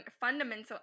fundamental